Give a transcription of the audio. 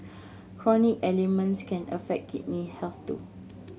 chronic ailments can affect kidney health too